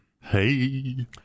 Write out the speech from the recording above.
Hey